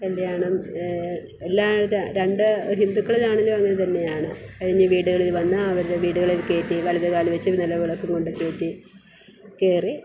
കല്യാണം എല്ലാവരും രണ്ടു ഹിന്ദുക്കളിലാണെങ്കിലും അങ്ങനെ തന്നെയാണ് കഴിഞ്ഞു വീടുകളിൽ വന്ന് അവരുടെ വീടുകളിൽ കയറ്റി വലതു കാലും വെച്ചും നിലവിളക്കും കൊണ്ടു കയറ്റി കയറി